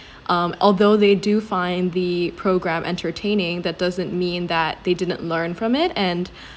um although they do find the programme entertaining that doesn't mean that they didn't learn from it and